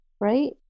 Right